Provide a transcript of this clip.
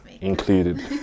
included